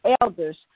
elders